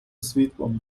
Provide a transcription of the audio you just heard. світлом